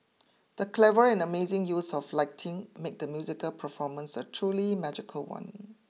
the clever and amazing use of lighting made the musical performance a truly magical one